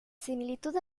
similitud